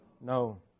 No